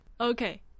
Okay